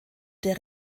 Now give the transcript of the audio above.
der